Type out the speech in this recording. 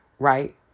Right